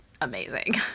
amazing